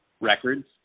records